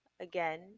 again